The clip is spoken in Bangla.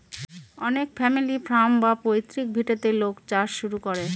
অনেক ফ্যামিলি ফার্ম বা পৈতৃক ভিটেতে লোক চাষ শুরু করে